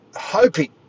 hoping